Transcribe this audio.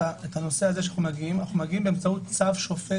אנחנו מקבלים באמצעות צו שופט.